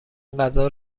غذا